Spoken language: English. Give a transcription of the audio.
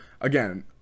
again